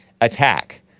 attack